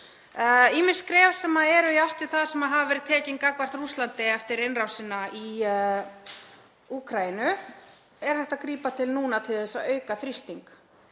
ýmis skref sem eru í átt við þau sem hafa verið tekin gagnvart Rússlandi eftir innrásina í Úkraínu sem er hægt að grípa til núna til að auka þrýsting.